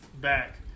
back